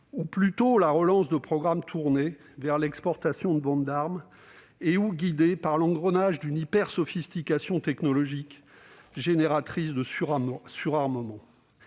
ou plutôt de la relance de programmes tournés vers l'exportation et la vente d'armes, guidés par l'engrenage d'une hypersophistication technologique, génératrice de surarmement